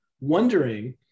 wondering